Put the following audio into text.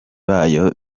bayo